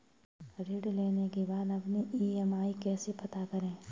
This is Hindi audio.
ऋण लेने के बाद अपनी ई.एम.आई कैसे पता करें?